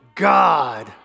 God